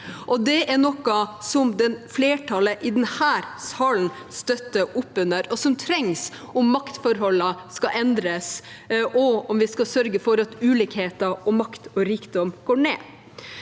Det er noe som flertallet i denne salen støtter opp under, og som trengs om maktforholdene skal endres, og om vi skal sørge for at ulikheter, makt og rikdom minker.